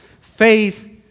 Faith